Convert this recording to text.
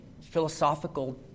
philosophical